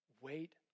Wait